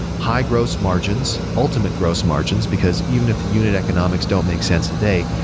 high-gross margins, ultimate gross margins, because even if the unit economics don't make sense today,